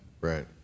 Right